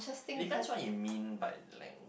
it depends what you mean by length